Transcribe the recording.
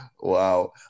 Wow